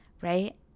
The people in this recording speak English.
right